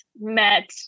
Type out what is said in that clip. met